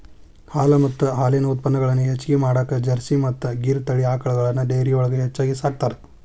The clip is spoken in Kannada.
ಹಾಲು ಮತ್ತ ಹಾಲಿನ ಉತ್ಪನಗಳನ್ನ ಹೆಚ್ಚಗಿ ಮಾಡಾಕ ಜರ್ಸಿ ಮತ್ತ್ ಗಿರ್ ತಳಿ ಆಕಳಗಳನ್ನ ಡೈರಿಯೊಳಗ ಹೆಚ್ಚಾಗಿ ಸಾಕ್ತಾರ